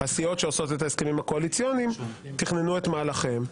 הסיעות שעושות את ההסכמים הקואליציוניים תכננו את מהלכיהם.